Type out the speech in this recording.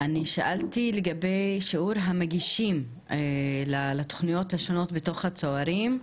אני שאלתי לגבי שיעור המגישים לתכניות השונות בתוך הצוערים,